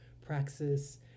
praxis